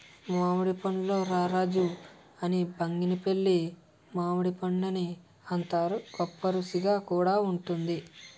మామిడి పండుల్లో రారాజు అని బంగినిపల్లి మామిడిపండుని అంతారు, గొప్పరుసిగా కూడా వుంటుంది